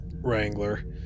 Wrangler